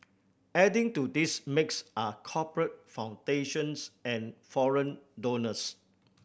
adding to this mix are corporate foundations and foreign donors